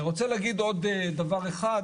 אני רוצה להגיד עוד דבר אחד,